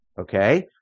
Okay